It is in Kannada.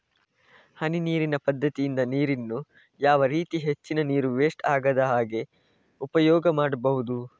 ಹನಿ ನೀರಿನ ಪದ್ಧತಿಯಿಂದ ನೀರಿನ್ನು ಯಾವ ರೀತಿ ಹೆಚ್ಚಿನ ನೀರು ವೆಸ್ಟ್ ಆಗದಾಗೆ ಉಪಯೋಗ ಮಾಡ್ಬಹುದು?